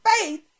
faith